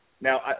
now